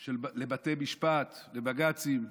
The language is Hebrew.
על בתי משפט, על בג"צים.